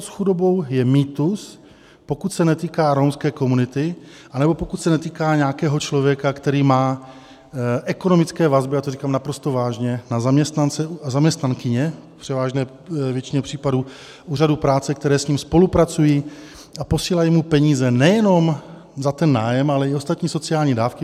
Obchod s chudobou je mýtus, pokud se netýká romské komunity nebo pokud se netýká nějakého člověka, který má ekonomické vazby a to říkám naprosto vážně na zaměstnance a zaměstnankyně v převážné většině případů úřadů práce, kteří s ním spolupracují a posílají mu peníze nejenom za ten nájem, ale i ostatní sociální dávky.